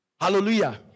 Hallelujah